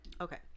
okay